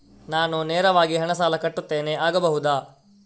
ನಾನು ನೇರವಾಗಿ ಹಣ ಸಾಲ ಕಟ್ಟುತ್ತೇನೆ ಆಗಬಹುದ?